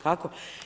Kako?